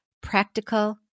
practical